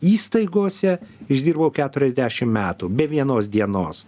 įstaigose išdirbau keturiasdešim metų be vienos dienos